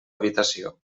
habitació